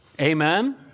Amen